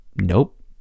Nope